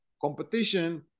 competition